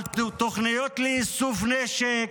על תוכניות לאיסוף נשק.